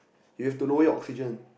you have you know your oxygen